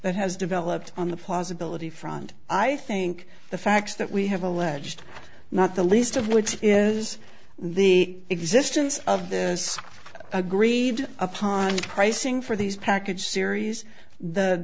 that has developed on the possibility front i think the facts that we have alleged not the least of which is the existence of this agreed upon pricing for these package series